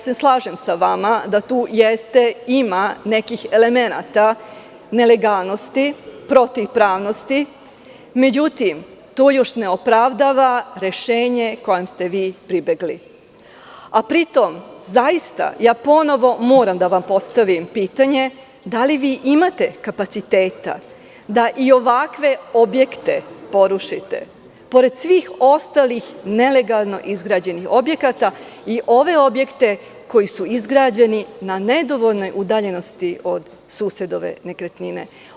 Slažem se sa vama da tu ima nekih elemenata nelegalnosti, protivpravnosti, međutim to još ne opravdava rešenje kojem ste vi pribegli, a pritom zaista ponovo moram da vam postavim pitanje – da li vi imate kapaciteta da i ovakve objekte porušite, pored svih ostalih nelegalno izgrađenih objekata, i ove objekte koji su izgrađeni na nedovoljnoj udaljenosti od susedove nekretnine.